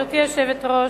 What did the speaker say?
גברתי היושבת-ראש,